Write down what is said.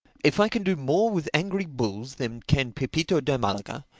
if i can do more with angry bulls than can pepito de malaga,